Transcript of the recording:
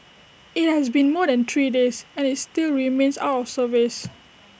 IT has been more than three days and is still remains out of service